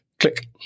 Click